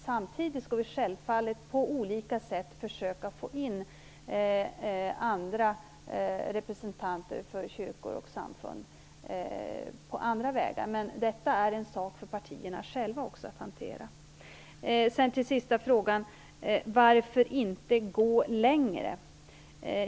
Samtidigt skall vi självfallet på olika sätt försöka få in andra representanter för kyrkor och samfund på andra vägar, men det är också en sak för partierna själva att hantera. Så till sista frågan om varför man inte går längre.